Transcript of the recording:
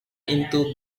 into